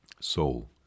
Soul